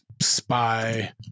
spy